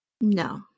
No